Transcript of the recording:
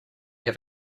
have